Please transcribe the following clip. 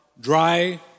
Dry